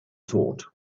thought